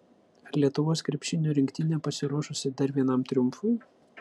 ar lietuvos krepšinio rinktinė pasiruošusi dar vienam triumfui